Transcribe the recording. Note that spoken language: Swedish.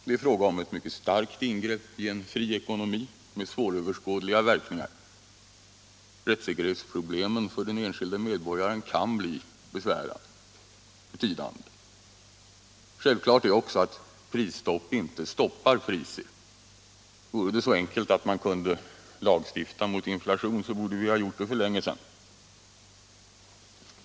Det är fråga om ett mycket starkt ingrepp i en fri ekonomi, Nr 45 med svåröverskådliga verkningar. Rättssäkerhetsproblemen för den en Tisdagen den skilde medborgaren kan bli betydande. 14 december 1976 Självklart är också att prisstopp inte stoppar priser. Vore det så enkelt = att man kunde lagstifta mot inflation borde vi ha gjort det för länge = Allmänna prisreglesedan.